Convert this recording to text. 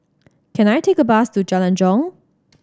can I take a bus to Jalan Jong